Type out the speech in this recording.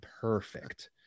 perfect